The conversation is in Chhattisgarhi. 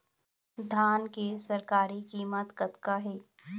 धान के सरकारी कीमत कतका हे?